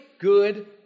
good